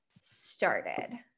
started